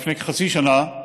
לפני כחצי שנה,